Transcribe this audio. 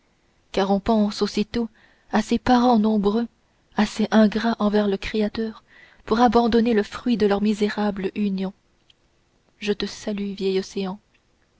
car on pense aussitôt à ces parents nombreux assez ingrats envers le créateur pour abandonner le fruit de leur misérable union je te salue vieil océan